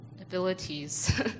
abilities